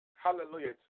Hallelujah